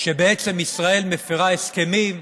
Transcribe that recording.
שבעצם ישראל מפירה הסכמים,